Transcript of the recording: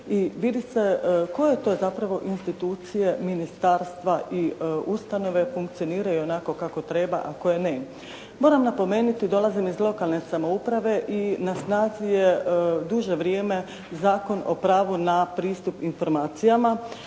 i vidi se koje to zapravo institucije, ministarstvo i ustanove funkcioniraju onako kao treba, a koje ne. Moram napomenuti dolazim iz lokalne samouprave i na snazi je duže vrijeme Zakon o pravu na pristup informacijama